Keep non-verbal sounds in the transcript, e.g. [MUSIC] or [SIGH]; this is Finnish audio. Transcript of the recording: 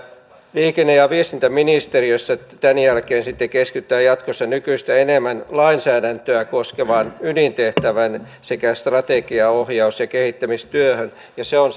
liikenne ja viestintäministeriössä tämän jälkeen sitten keskitytään jatkossa nykyistä enemmän lainsäädäntöä koskevaan ydintehtävään sekä strategia ohjaus ja kehittämistyöhön ja se on [UNINTELLIGIBLE]